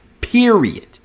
period